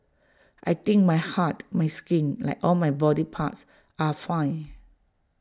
I think my heart my skin like all my body parts are fine